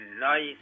nice